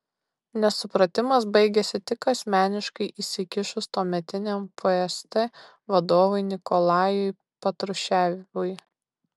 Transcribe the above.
nesupratimas baigėsi tik asmeniškai įsikišus tuometiniam fst vadovui nikolajui patruševui